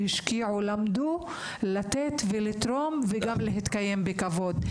השקיעו ולמדו לתרום ולהתקיים בכבוד,